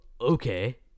okay